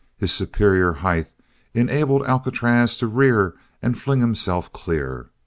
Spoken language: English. his superior height enabled alcatraz to rear and fling himself clear,